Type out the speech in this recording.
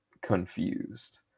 confused